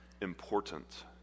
important